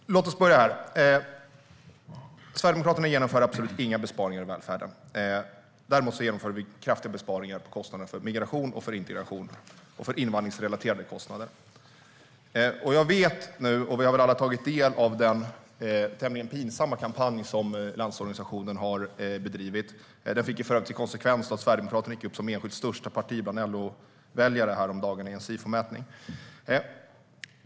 Herr talman! Låt oss börja med att Sverigedemokraterna absolut inte genomför några besparingar i välfärden. Däremot genomför vi kraftiga besparingar på kostnaderna för migration och integration och för invandringsrelaterade kostnader. Vi har väl alla tagit del av den tämligen pinsamma kampanj som Landsorganisationen har bedrivit. Den fick för övrigt till följd att Sverigedemokraterna gick fram som enskilt största parti bland LO-väljare häromdagen i en Sifomätning.